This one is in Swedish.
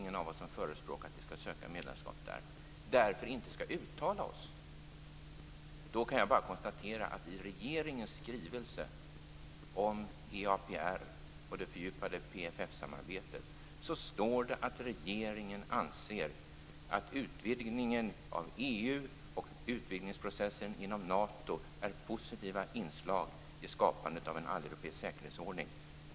Men om utrikesministern verkligen menar att vi därför inte skall uttala oss, kan jag bara konstatera att det i regeringens skrivelse om EAPR och det fördjupade PFF samarbetet står att regeringen anser att utvidgningen av EU och utvidgningsprocessen inom Nato är positiva inslag i skapandet av en alleuropeisk säkerhetsordning.